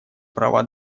права